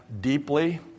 deeply